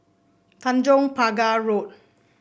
Tanjong Pagar Road